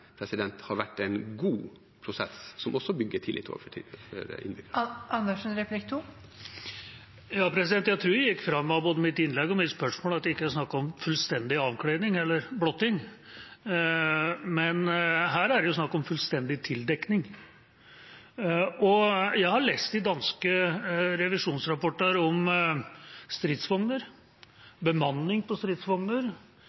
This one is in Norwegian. fram av både mitt innlegg og mitt spørsmål at det ikke er snakk om fullstendig avkledning eller blotting. Men her er det jo snakk om fullstendig tildekning. Jeg har lest i danske revisjonsrapporter om